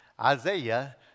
Isaiah